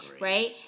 Right